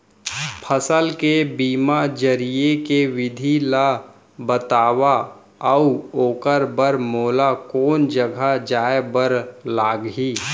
फसल के बीमा जरिए के विधि ला बतावव अऊ ओखर बर मोला कोन जगह जाए बर लागही?